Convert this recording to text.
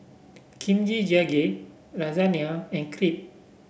Kimchi Jjigae Lasagne and Crepe